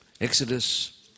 Exodus